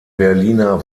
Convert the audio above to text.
berliner